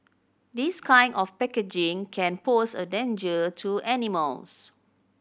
this kind of packaging can pose a danger to animals